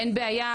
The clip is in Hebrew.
אין בעיה,